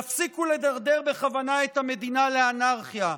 תפסיקו לדרדר בכוונה את המדינה לאנרכיה,